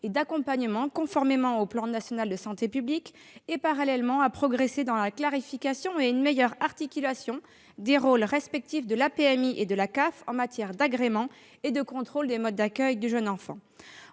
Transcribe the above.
d'accompagnement, conformément au plan national de santé publique et, parallèlement, à progresser dans la clarification et une meilleure articulation des rôles respectifs de la PMI et de la caisse d'allocations familiales en matière d'agrément et de contrôle des modes d'accueil du jeune enfant.